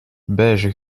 beige